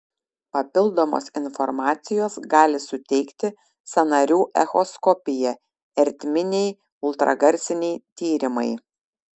papildomos informacijos gali suteikti sąnarių echoskopija ertminiai ultragarsiniai tyrimai